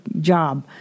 job